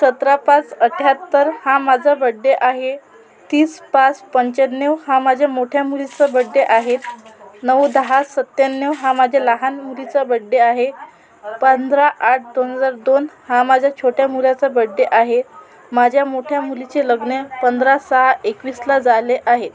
सतरा पाच अठ्ठ्याहत्तर हा माझा बड्डे आहे तीस पाच पंच्याण्णव हा माझ्या मोठ्या मुलीचा बड्डे आहे नऊ दहा सत्त्याण्णव हा माझ्या लहान मुलीचा बड्डे आहे पंधरा आठ दोन हजार दोन हा माझ्या छोट्या मुलाचा बड्डे आहे माझ्या मोठ्या मुलीचे लग्ने पंधरा सहा एकवीसला झाले आहे